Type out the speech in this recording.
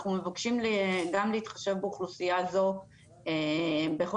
אנחנו מבקשים גם להתחשב באוכלוסייה זו בכל